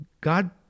God